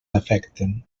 afecten